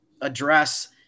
address